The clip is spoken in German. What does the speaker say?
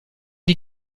die